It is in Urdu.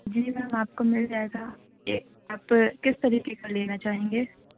جی میم آپ کو مل جائے گا آپ کس طریقے کا لینا چاہیں گے